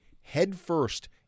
headfirst